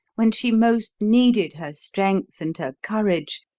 when she most needed her strength and her courage,